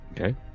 Okay